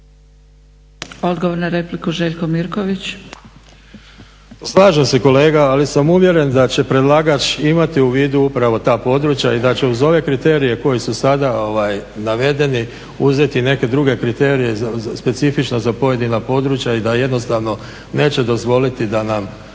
Mirković. **Mirković, Željko (SDP)** Slažem se kolega, ali sam uvjeren da će predlagač imati u vidu upravo ta područja i da će uz ove kriterije koji su sada navedeni uzeti neke druge kriterije specifično za pojedina područja i da jednostavno neće dozvoliti da nam